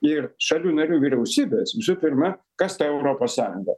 ir šalių narių vyriausybės visų pirma kas ta europos sąjunga